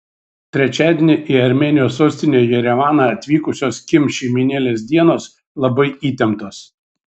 trečiadienį į armėnijos sostinę jerevaną atvykusios kim šeimynėlės dienos labai įtemptos